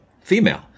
female